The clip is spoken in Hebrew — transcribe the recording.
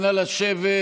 אנא, לשבת.